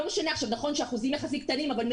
נכון שהאחוזים יחסית קטנים אבל עדיין